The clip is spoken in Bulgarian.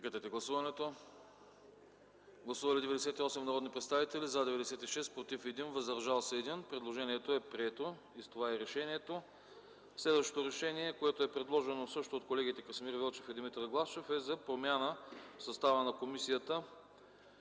проект за решение. Гласували 98 народни представители: за 96, против 1, въздържал се 1. Предложението е прието, а с това и решението. Следващото решение, също предложено от колегите Красимир Велчев и Димитър Главчев, е за промяна в състава на Комисията